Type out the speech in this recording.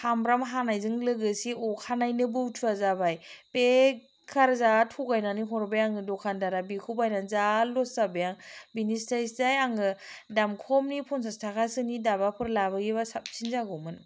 सामब्राम हानायजों लोगोसे अखानायैनो बौथुवा जाबाय बेखार जा थगायनानै हरबाय आङो दखारदारा बेखौ बायनानै जा लस जाबाय आं बिनिस्राय स्राय आङो दाम खमनि फन्सास थाखासोनि दाबाफोर लाबोयोबा साबसिन जागौमोन